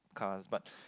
cars but